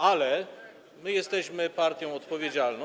Ale my jesteśmy partią odpowiedzialną.